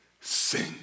sing